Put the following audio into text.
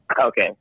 Okay